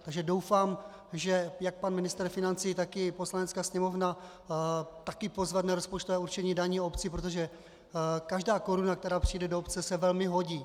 Takže doufám, že jak pan ministr financí, tak i Poslanecká sněmovna taky pozvedne rozpočtové určení daní obcí, protože každá koruna, která přijde do obce, se velmi hodí.